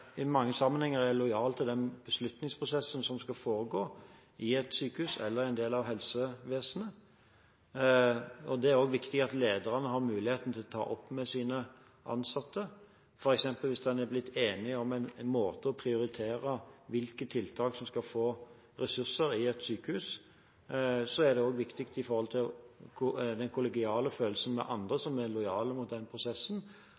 i mange sammenhenger er lojal overfor den beslutningsprosessen som skal foregå i et sykehus, eller i en del av helsevesenet. Det er også viktig at lederne har muligheten til å ta det opp med sine ansatte. For eksempel hvis en har blitt enig om en måte å prioritere på når det gjelder hvilke tiltak som skal få ressurser i et sykehus, er det viktig av hensyn til den kollegiale følelsen overfor andre som er lojale mot den prosessen,